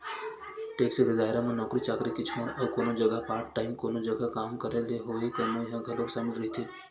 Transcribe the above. tax के दायरा म नौकरी चाकरी के छोड़ अउ कोनो जघा पार्ट टाइम कोनो जघा काम करे ले होवई कमई ह घलो सामिल रहिथे